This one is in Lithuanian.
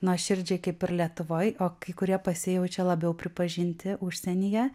nuoširdžiai kaip ir lietuvoj o kai kurie pasijaučia labiau pripažinti užsienyje